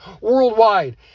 worldwide